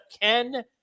Ken